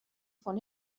von